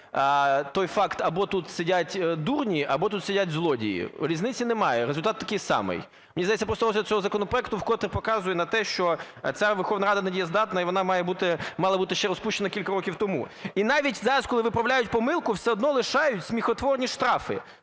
той факт або тут сидять дурні, або тут сидять злодії. Різниці немає, результат такий самий. Мені здається, просто розгляд цього законопроекту вкотре показує на те, що ця Верховна Рада не дієздатна і вона мала бути ще розпущена кілька років тому. І навіть зараз, коли виправляють помилку, все одно лишають сміхотворні штрафи